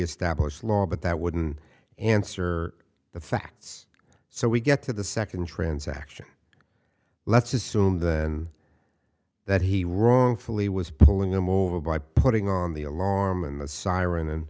established law but that wouldn't answer the facts so we get to the second transaction let's assume then that he wrongfully was pulling him over by putting on the alarm and the siren and